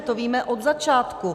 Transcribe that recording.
To víme od začátku.